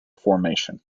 formation